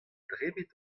debret